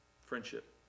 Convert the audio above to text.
friendship